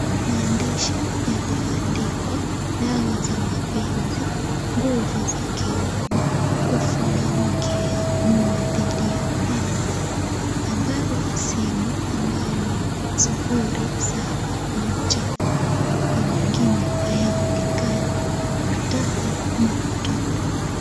Maandishi yaliyoandikwa, DAWA ZA MAPENZI, NGUVU ZA KIUME, KUMFUNGA MKE AU MUME DHIDI YA HAWA, nambari ya simu ambayo ni 071 mengine hayaonekani, daktari MAMDURI.